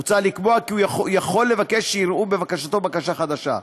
מוצע לקבוע כי הוא יכול לבקש שיראו בבקשתו בקשה חדשה.